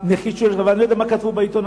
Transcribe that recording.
אני לא יודע מה כתבו בעיתון,